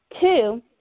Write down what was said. Two